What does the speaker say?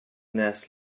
nest